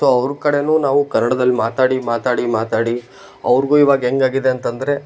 so ಅವ್ರ ಕಡೆಯೂ ನಾವು ಕನ್ನಡದಲ್ ಮಾತಾಡಿ ಮಾತಾಡಿ ಮಾತಾಡಿ ಅವ್ರಿಗೂ ಇವಾಗ ಹೇಗಾಗಿದೆ ಅಂತಂದರೆ